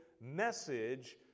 message